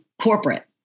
corporate